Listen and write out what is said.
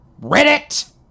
Reddit